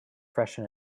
freshen